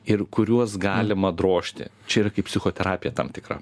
ir kuriuos galima drožti čia yra kaip psichoterapija tam tikra